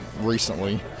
recently